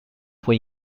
fue